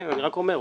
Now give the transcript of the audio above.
אני רק אומר,